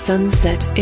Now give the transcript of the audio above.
Sunset